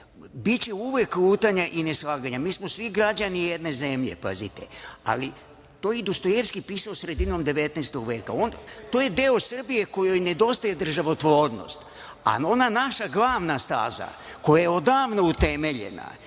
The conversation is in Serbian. biće uvek lutanja i neslaganja. Mi smo svi građani jedne zemlje. O tome je i Dostojevski pisao sredinom 19. veka. To je deo Srbije kojoj nedostaje državotvornost. Ona naša glavna staza koja je odavno utemeljena